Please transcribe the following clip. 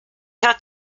had